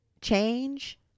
change